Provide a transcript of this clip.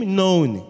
known